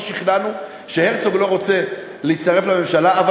שכנענו שהרצוג לא רוצה להצטרף לממשלה,